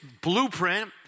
blueprint